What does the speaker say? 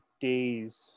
days